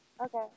Okay